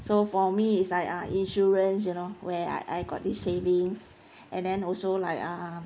so for me it's like uh insurance you know where I I got this saving and then also like um